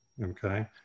okay